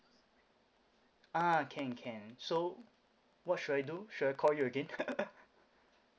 ah can can so what should I do should I call you again